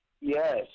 Yes